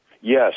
Yes